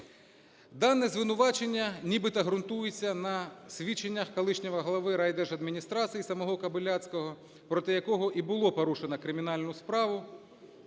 Дане звинувачення нібито ґрунтується на свідченнях колишнього голови райдержадміністрації, самого Кобиляцького, проти якого і було порушено кримінальну справу